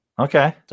Okay